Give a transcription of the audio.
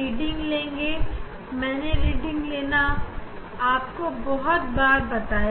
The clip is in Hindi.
रीडिंग को नोट करेंगे